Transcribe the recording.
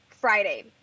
Friday